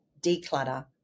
declutter